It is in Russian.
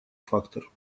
фактор